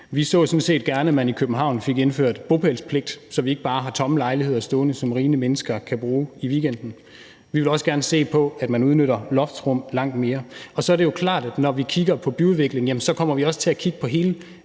set gerne, at man i København fik indført bopælspligt, så vi ikke bare har tomme lejligheder stående, som rige mennesker kan bruge i weekenden. Vi vil også gerne se på, at man udnytter loftsrum langt mere. Og så er det jo klart, at når vi kigger på byudvikling, kommer vi også til at kigge på hele